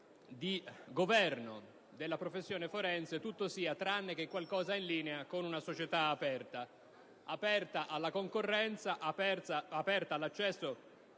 di governo della professione forense tutto sia tranne che qualcosa in linea con una società aperta alla concorrenza, all'accesso